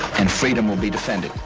and freedom will be defended,